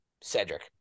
Cedric